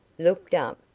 looked up,